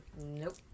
Nope